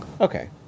okay